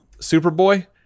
Superboy